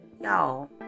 y'all